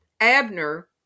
Abner